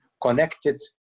connected